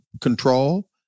control